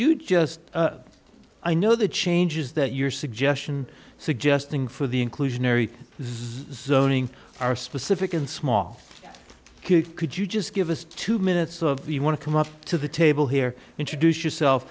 you just i know the changes that your suggestion suggesting for the inclusionary zoning are specific and small could you just give us two minutes of the you want to come up to the table here introduce yourself